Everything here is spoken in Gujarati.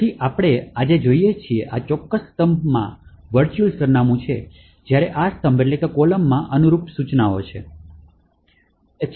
તેથી આપણે આ જે જોઈએ છીએ આ ચોક્કસ સ્તંભમાં વર્ચુઅલ સરનામું છે જ્યારે આ સ્તંભોમાં અનુરૂપ સૂચનાઓ છે